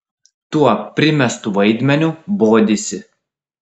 tuo primestu vaidmeniu bodisi